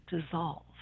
dissolve